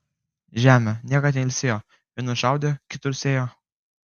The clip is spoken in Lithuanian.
žemė niekad neilsėjo vienur šaudė kitur sėjo